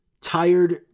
tired